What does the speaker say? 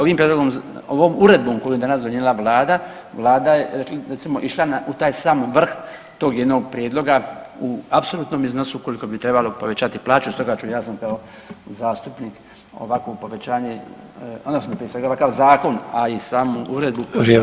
Ovim prijedlogom, ovom uredbom koju je danas donijela vlada, vlada je recimo išla u taj sam vrh tog jednog prijedloga u apsolutnom iznosu koliko bi trebalo povećati plaću, stoga ću ja sam kao zastupnik ovakvo povećanje odnosno prije svega ovakav zakon, a i samu uredbu